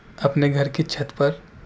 اپنے گھر کی چھت پر